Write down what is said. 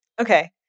Okay